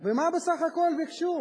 ומה בסך הכול ביקשו,